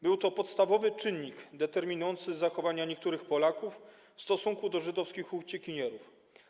Był to podstawowy czynnik determinujący zachowania niektórych Polaków w stosunku do żydowskich uciekinierów.